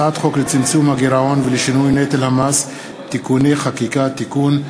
הצעת חוק לצמצום הגירעון ולשינוי נטל המס (תיקוני חקיקה) (תיקון),